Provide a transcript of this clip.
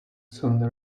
soon